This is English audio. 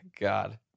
God